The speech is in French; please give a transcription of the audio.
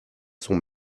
son